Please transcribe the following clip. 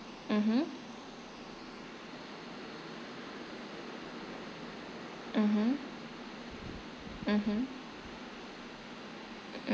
mmhmm mmhmm mmhmm mm